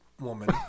woman